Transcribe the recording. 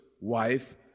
wife